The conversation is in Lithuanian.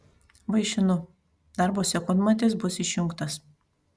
vaišinu darbo sekundmatis bus išjungtas